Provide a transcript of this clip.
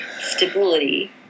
stability